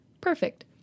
Perfect